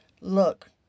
Look